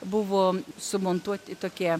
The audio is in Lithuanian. buvo sumontuoti tokie